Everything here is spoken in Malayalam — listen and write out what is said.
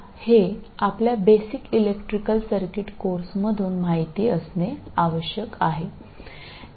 നിങ്ങളുടെ അടിസ്ഥാന ഇലക്ട്രിക്കൽ സർക്യൂട്ട് കോഴ്സുകളിൽ നിന്ന് ഇപ്പോൾ നിങ്ങൾ ഇത് അറിഞ്ഞിരിക്കണം